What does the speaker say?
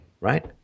Right